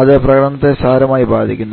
അതു പ്രകടനത്തെ സാരമായി ബാധിക്കുന്നു